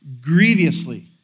grievously